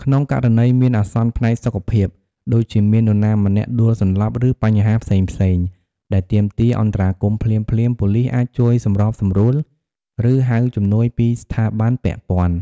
ក្នុងករណីមានអាសន្នផ្នែកសុខភាព ដូចជាមាននរណាម្នាក់ដួលសន្លប់ ឬបញ្ហាផ្សេងៗដែលទាមទារអន្តរាគមន៍ភ្លាមៗ ប៉ូលីសអាចជួយសម្របសម្រួល ឬហៅជំនួយពីស្ថាប័នពាក់ព័ន្ធ។